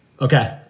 Okay